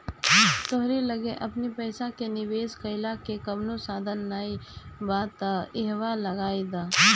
तोहरी लगे अपनी पईसा के निवेश कईला के कवनो साधन नाइ बा तअ इहवा लगा दअ